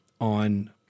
on